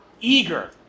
eager